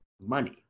money